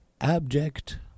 abject